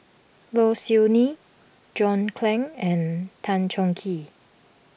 Low Siew Nghee John Clang and Tan Chong Tee